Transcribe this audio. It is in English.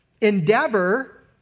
Endeavor